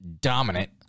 dominant